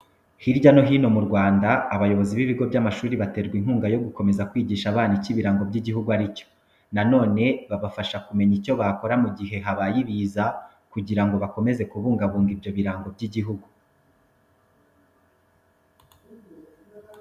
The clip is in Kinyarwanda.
Hirya no hino mu Rwanda, abayobozi b'ibigo by'amashuri baterwa inkunga yo gukomeza kwigisha abana icyo ibirango by'igihugu ari cyo. Na none babafasha kumenya icyo bakora mu gihe habaye ibiza, kugira ngo bakomeza kubungabunga ibyo birango by'igihugu.